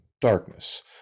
darkness